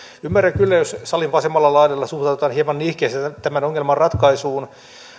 ymmärrän kyllä jos salin vasemmalla laidalla suhtaudutaan hieman nihkeästi tämän ongelman ratkaisuun